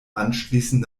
anschließend